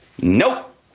Nope